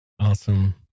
Awesome